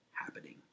happening